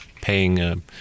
paying